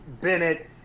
Bennett